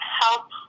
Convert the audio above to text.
help